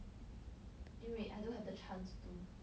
因为 I don't have the chance to